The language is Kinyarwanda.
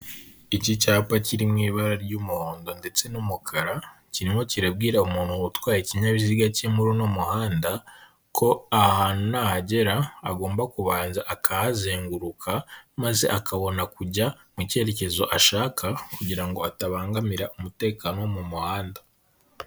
Iki cyapa kiri mu ibara ry'umuhondo ndetse n'umukara, kirimo kirabwira umuntu utwaye ikinyabiziga ke muri uno muhanda ko aha hantu nahagera agomba kubanza akahazenguruka maze akabona kujya mu kerekezo ashaka kugira ngo atabangamira umutekano wo mu muhanda.